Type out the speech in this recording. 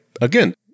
Again